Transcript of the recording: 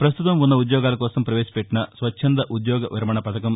ప్రస్తుతం ఉన్న ఉద్యోగుల కోసం ప్రవేశపెట్టిన స్వచ్చంద ఉద్యోగ విరమణ పథకం